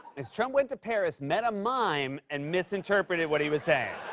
is trump went to paris, met a mime, and misinterpreted what he was saying.